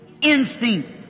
Instinct